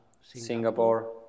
Singapore